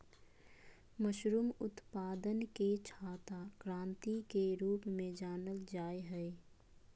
mushroom उत्पादन के छाता क्रान्ति के रूप में जानल जाय हइ